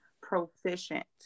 proficient